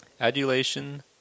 Adulation